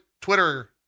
twitter